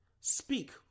speak